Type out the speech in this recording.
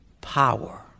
power